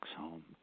home